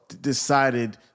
decided